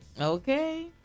okay